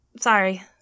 sorry